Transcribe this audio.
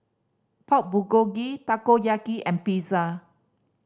Pork Bulgogi Takoyaki and Pizza